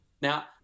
Now